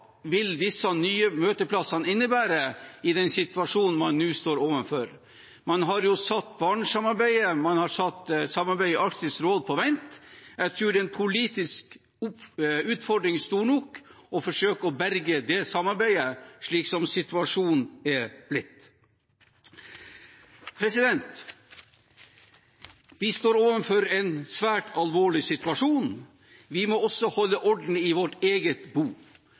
vil disse nye møteplassene innebære i den situasjonen man nå står overfor? Man har jo satt Barentssamarbeidet og samarbeidet i Arktisk råd på vent. Jeg tror det er en politisk utfordring stor nok å forsøke å berge det samarbeidet, slik som situasjonen er blitt. Vi står overfor en svært alvorlig situasjon. Vi må også holde orden i vårt eget bo.